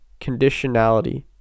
conditionality